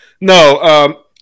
no